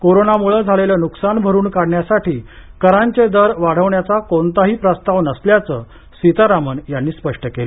कोरोनामुळं झालेलं नुकसान भरून काढण्यासाठी करांचे दर वाढवण्याचा कोणताही प्रस्ताव नसल्याचं सीतारामन यांनी स्पष्ट केलं